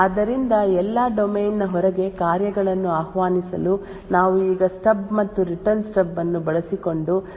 ಆದ್ದರಿಂದ ಎಲ್ಲಾ ಡೊಮೇನ್ ನ ಹೊರಗೆ ಕಾರ್ಯಗಳನ್ನು ಆಹ್ವಾನಿಸಲು ನಾವು ಈಗ ಸ್ಟಬ್ ಮತ್ತು ರಿಟರ್ನ್ ಸ್ಟೆಬ್ ಅನ್ನು ಬಳಸಿಕೊಂಡು ಸರಿಯಾದ ಚಾನಲ್ ಅನ್ನು ಹೊಂದಿದ್ದೇವೆ ಎಂಬುದನ್ನು ಗಮನಿಸಿ